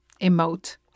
emote